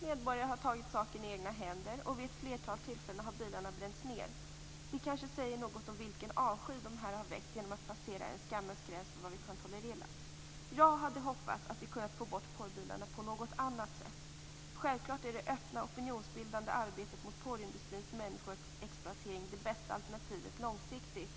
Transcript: Medborgare har tagit saken i egna händer. Vid ett flertal tillfällen har bilarna bränts ned. Det säger kanske något om vilken avsky de har väckt genom att passera en skammens gräns för vad vi kan tolerera. Jag hade hoppats att vi kunnat få bort porrbilarna på något annat sätt. Självklart är det öppna opinionsbildande arbetet mot porrindustrins människoexploatering det bästa alternativet långsiktigt.